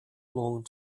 long